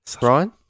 Brian